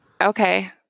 Okay